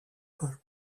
paul